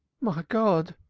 my god!